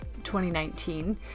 2019